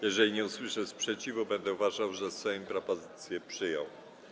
Jeżeli nie usłyszę sprzeciwu, będę uważał, że Sejm propozycję przyjął.